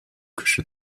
küche